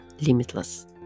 limitless